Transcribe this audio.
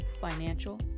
financial